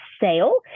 sale